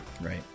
right